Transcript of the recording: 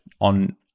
on